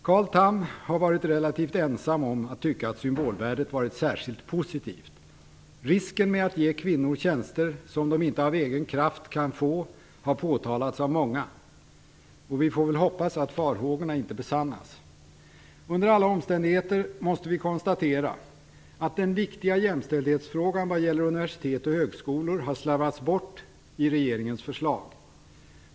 Carl Tham har varit relativt ensam om att tycka att symbolvärdet har varit särskilt positivt. Risken med att ge kvinnor tjänster som de inte av egen kraft kan få har påtalats av många. Vi får väl hoppas att farhågorna inte besannas. Under alla omständigheter måste vi konstatera att den viktiga jämställdhetsfrågan vad gäller universitet och högskolor har slarvats bort i regeringens förslag.